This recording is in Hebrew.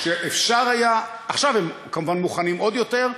שאפשר היה, עכשיו הם כמובן מוכנים עוד יותר,